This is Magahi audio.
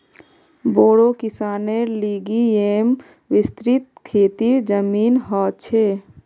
बोड़ो किसानेर लिगि येमं विस्तृत खेतीर जमीन ह छे